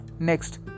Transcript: next